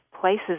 places